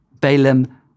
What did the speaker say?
Balaam